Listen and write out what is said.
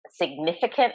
significant